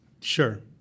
Sure